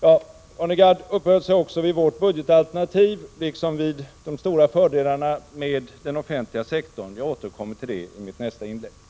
Arne Gadd uppehöll sig också vid ämnena vårt budgetalternativ och de stora fördelarna med den offentliga sektorn. Jag återkommer till dem i mitt nästa inlägg.